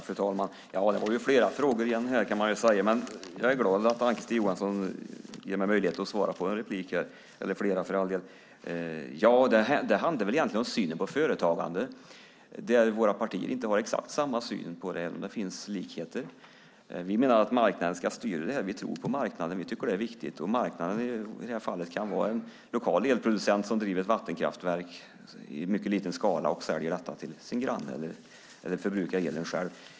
Fru talman! Det var flera frågor. Men jag är glad att Ann-Kristine Johansson ger mig möjlighet att svara i en replik. Det handlar egentligen om synen på företagande. Våra partier har inte exakt samma syn, även om det finns likheter. Vi menar att marknaden ska styra. Vi tror på marknaden. Vi tycker att det är viktigt. Marknaden kan i det här fallet vara en lokal elproducent som driver ett vattenkraftverk i mycket liten skala och säljer el till sin granne eller förbrukar elen själv.